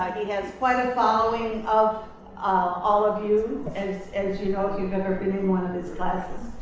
he has quite a following of of all of you, as as you know if you've ever been in one of his classes.